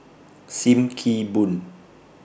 SIM Kee Boon